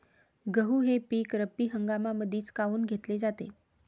गहू हे पिक रब्बी हंगामामंदीच काऊन घेतले जाते?